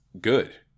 good